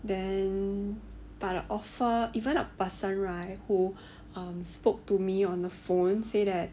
then but the offer even the person right who um spoke to me on the phone say that